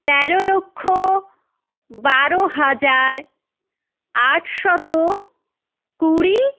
তেরো লক্ষ বারো হাজার আটশত কুড়ি